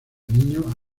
niños